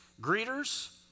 greeters